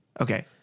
Okay